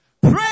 Pray